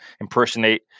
impersonate